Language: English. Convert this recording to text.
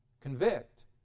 Convict